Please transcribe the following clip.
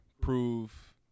prove